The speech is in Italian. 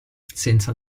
senza